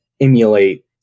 emulate